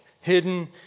Hidden